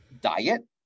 diet